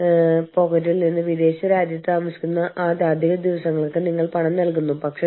നാം പ്രവർത്തിക്കുന്ന എല്ലാ രാജ്യങ്ങളിലെയും തുല്യ തൊഴിൽ അവസരങ്ങളെ ബാധിക്കുന്ന നിയമങ്ങൾ നമ്മൾ കണ്ടെത്തേണ്ടതുണ്ട്